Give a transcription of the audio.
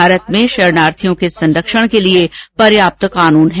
भारत में शरणार्थियों के संरक्षण के लिए पर्याप्त कानून है